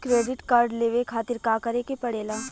Credit card लेवे खातिर का करे के पड़ेला?